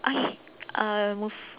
okay uh move